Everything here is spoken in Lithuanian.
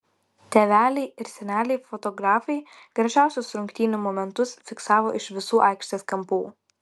tėveliai ir seneliai fotografai gražiausius rungtynių momentus fiksavo iš visų aikštės kampų